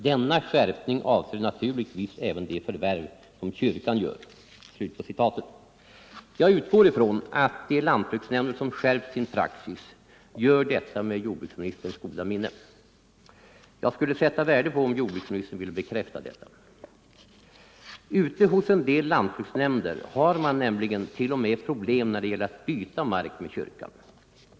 Denna skärpning avser naturligtvis även de förvärv som kyrkan gör.” Jag utgår ifrån att de lantbruksnämnder som skärpt sin praxis gjort detta med jordbruksministerns goda minne. Jag skulle sätta värde på om jordbruksministern ville bekräfta detta. Ute hos en del lantbruksnämnder har man nämligen t.o.m. problem när det gäller att byta mark med kyrkan.